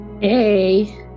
Hey